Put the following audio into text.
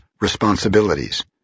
responsibilities